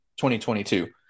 2022